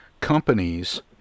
companies